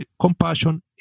compassion